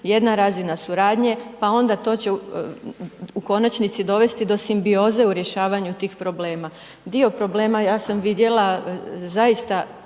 jedna razina suradnje, pa onda to će u konačnici dovesti do simbioze u rješavanju tih problema. Dio problema, ja sam vidjela, zaista